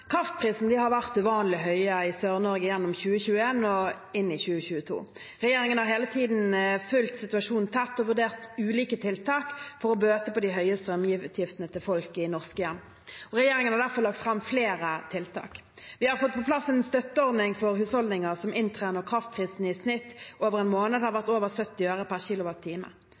folket?» Kraftprisene har vært uvanlig høye i Sør-Norge gjennom 2021 og inn i 2022. Regjeringen har hele tiden fulgt situasjonen tett og vurdert ulike tiltak for å bøte på de høye strømutgiftene til folk i norske hjem. Regjeringen har derfor lagt fram flere tiltak. Vi har fått på plass en støtteordning for husholdninger som inntrer når kraftprisene i snitt over en måned har vært over 70 øre per